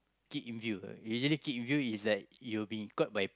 keep in view okay you really keep in view is like you will be caught by